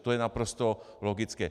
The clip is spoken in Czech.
To je naprosto logické.